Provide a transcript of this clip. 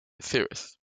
cirrus